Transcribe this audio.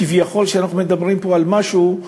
כביכול אנחנו מדברים פה על משהו,